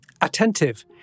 Attentive